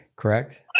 Correct